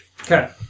Okay